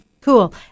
Cool